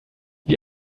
wie